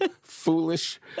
foolish